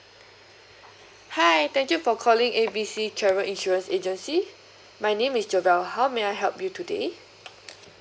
hi thank you for calling A B C travel insurance agency my name is jobelle how may I help you today